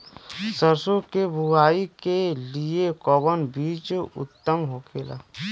सरसो के बुआई के लिए कवन बिज उत्तम होखेला?